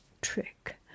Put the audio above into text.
trick